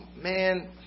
man